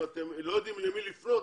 אם הם לא יודעים למי לפנות,